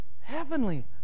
heavenly